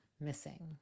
missing